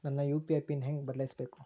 ನನ್ನ UPI pin ಹೆಂಗ್ ಬದ್ಲಾಯಿಸ್ಬೇಕು?